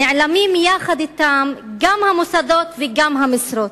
נעלמים גם המוסדות וגם המשרות,